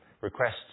requests